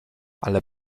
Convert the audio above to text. ale